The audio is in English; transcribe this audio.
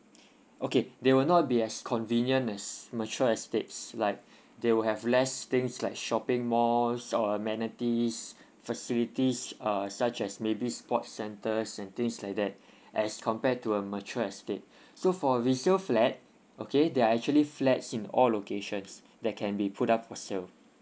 okay they will not be as convenient as mature estates like they will have less things like shopping malls or amenities facilities uh such as maybe sport centres and things like that as compare to a mature estate so for a resale flat okay they're actually flats in all locations that can be put up for sale